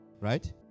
Right